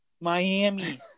Miami